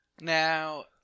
now